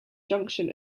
junction